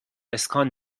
اسکان